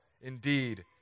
Indeed